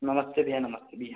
नमस्ते भैया नमस्ते भैया